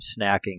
snacking